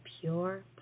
pure